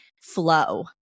flow